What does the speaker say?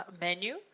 menu